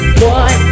boy